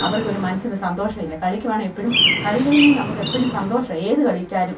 അവർക്കൊരു മനസ്സിന് സന്തോഷമില്ല കളിക്കുകയാണെങ്കിൽ എപ്പോഴും കളികളിൽ നിന്നേ നമുക്കെപ്പോഴും സന്തോഷമാണ് ഏതു കളിച്ചാലും